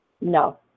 No